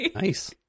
Nice